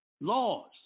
laws